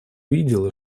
видела